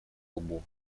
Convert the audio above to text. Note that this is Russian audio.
лбу